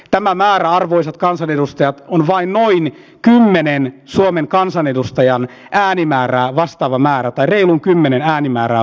tämä määrä arvoisat kansanedustajat on vain noin kymmenen suomen kansanedustajan äänimäärää vastaava määrä tai reilun kymmenen äänimäärää vastaava määrä